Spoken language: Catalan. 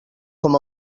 com